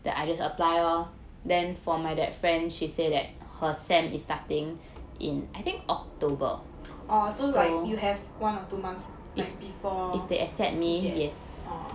oh so like you have one or two months like before if they acc~ oh